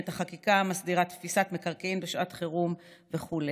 את החקיקה המסדירה תפיסת מקרקעין בשעת חירום וכו'.